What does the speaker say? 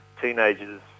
teenagers